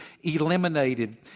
eliminated